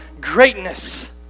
greatness